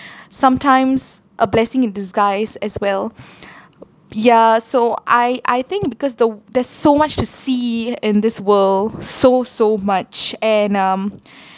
sometimes a blessing in disguise as well ya so I I think because the there's so much to see in this world so so much and um